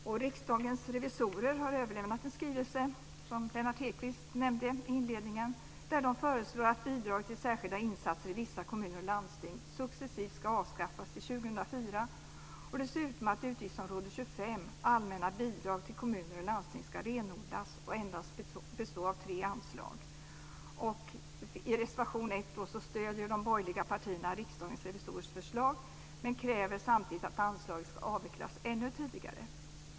Riksdagens revisorer har överlämnat en skrivelse, som Lennart Hedquist nämnde i inledningen, där de föreslår att bidrag till särskilda insatser i vissa kommuner och landsting successivt ska avskaffas till 2004 och dessutom att utgiftsområde 25, Allmänna bidrag till kommuner och landsting, ska renodlas och endast bestå av tre anslag. I reservation 1 stöder de borgerliga partierna Riksdagens revisorers förslag men kräver samtidigt att anslaget ska avvecklas ännu tidigare.